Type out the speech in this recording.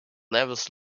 levels